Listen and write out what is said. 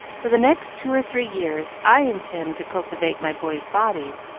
for the next two or three years i intend to cultivate my boys' bodies,